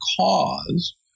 caused